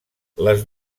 les